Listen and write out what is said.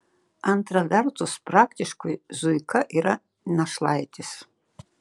antra vertus praktiškai zuika yra našlaitis